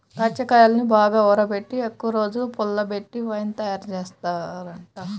దాచ్చాకాయల్ని బాగా ఊరబెట్టి ఎక్కువరోజులు పుల్లబెట్టి వైన్ తయారుజేత్తారంట